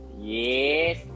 Yes